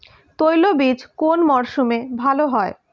তৈলবীজ কোন মরশুমে ভাল হয়?